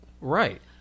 right